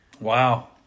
Wow